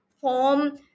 form